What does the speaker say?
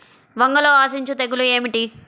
వంగలో ఆశించు తెగులు ఏమిటి?